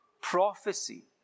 prophecy